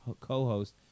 co-host